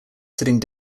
sitting